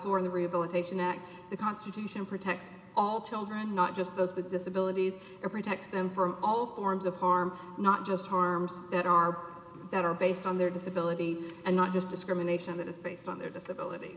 who are in the rehabilitation act the constitution protects all children not just those with disabilities or protects them for all forms of harm not just harms that are better based on their disability and not just discrimination that is based on their disability